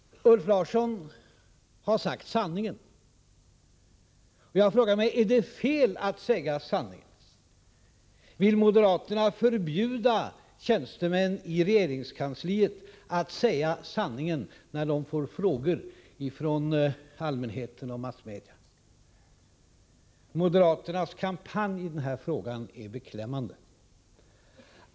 Ulf Larsson har sagt sanningen. Jag frågar mig: Är det fel att säga sanningen? Vill moderaterna förbjuda tjänstemän i regeringskansliet att säga sanningen när de får frågor från allmänhet och massmedia? Moderaternas kampanj i denna fråga är beklämmande.